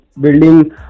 building